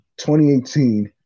2018